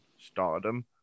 Stardom